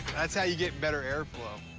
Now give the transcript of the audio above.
that's how you get better airflow.